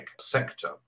sector